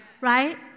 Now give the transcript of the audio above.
right